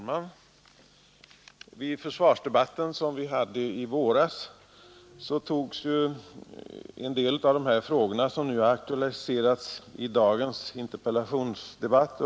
Herr talman! Vid vårens försvarsdebatt diskuterades en del av de frågor, som har aktualiserats i dagens interpellationsdebatt.